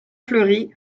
fleuri